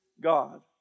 God